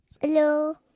Hello